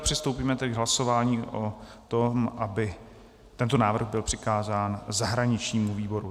Přistoupíme tedy k hlasování o tom, aby tento návrh byl přikázán zahraničnímu výboru.